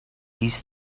these